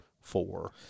Four